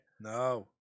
No